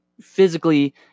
physically